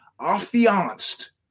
affianced